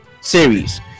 series